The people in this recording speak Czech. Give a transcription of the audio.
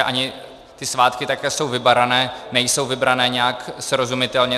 Ani ty svátky, tak jak jsou vybrané, nejsou vybrané nějak srozumitelně.